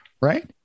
right